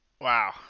Wow